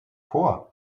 vor